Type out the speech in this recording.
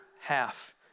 half